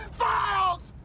files